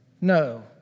No